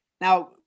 Now